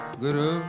guru